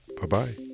Bye-bye